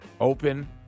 open